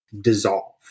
dissolve